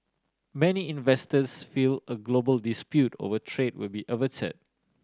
many investors feel a global dispute over trade will be averted